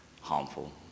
harmful